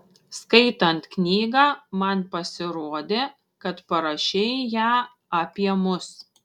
skaitant knygą man pasirodė kad parašei ją apie mus